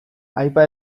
aipa